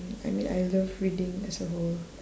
I mean I love reading as a whole